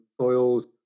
soils